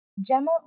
Gemma